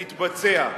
זה יתבצע.